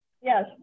Yes